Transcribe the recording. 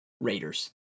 Raiders